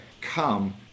come